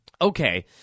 Okay